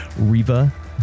Reva